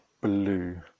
blue